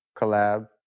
collab